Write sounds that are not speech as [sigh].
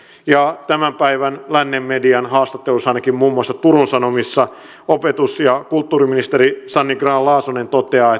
tämän päivän lännen median haastattelussa ainakin muun muassa turun sanomissa opetus ja kulttuuriministeri sanni grahn laasonen toteaa [unintelligible]